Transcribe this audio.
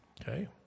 Okay